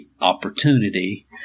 opportunity